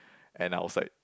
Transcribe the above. and I was like